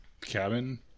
cabin